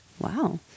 wow